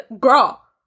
Girl